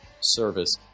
service